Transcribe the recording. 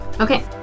Okay